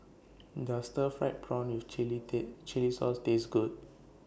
Does Stir Fried Prawn with Chili Sauce Taste Good